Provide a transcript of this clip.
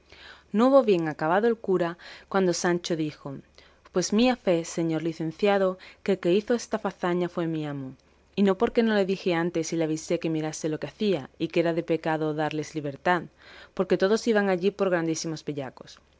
hubo bien acabado el cura cuando sancho dijo pues mía fe señor licenciado el que hizo esa fazaña fue mi amo y no porque yo no le dije antes y le avisé que mirase lo que hacía y que era pecado darles libertad porque todos iban allí por grandísimos